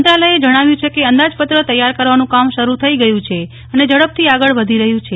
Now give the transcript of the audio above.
મંત્રાલયે જણાવ્યું છે કેઅંદાજપત્ર તૈયાર કરવાનું કામ શરૂ થઈ ગયું છે અને ઝડપથી આગળ વધી રહ્યું છે